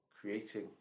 Creating